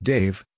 Dave